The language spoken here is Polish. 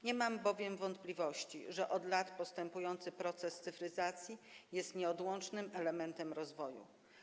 Nie mam bowiem wątpliwości, że od lat postępujący proces cyfryzacji jest nieodłącznym elementem rozwoju.